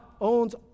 owns